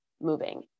moving